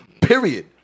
period